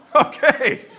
okay